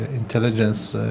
intelligence